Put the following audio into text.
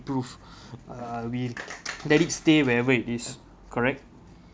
improve uh we let it stay wherever it is correct